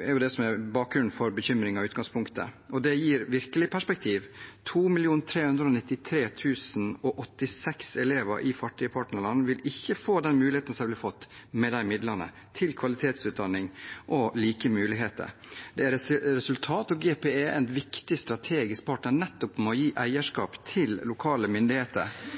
i utgangspunktet. Og det gir virkelig perspektiv: 2 393 086 elever i fattige partnerland vil ikke få de mulighetene de ville fått med de midlene, til kvalitetsutdanning og like muligheter. Det er resultatet. GPE er en viktig strategisk partner nettopp med tanke på å gi eierskap til lokale myndigheter.